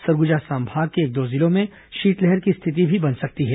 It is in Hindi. सरगुजा संभाग के एक दो जिलों में शीतलहर की स्थिति भी बन सकती है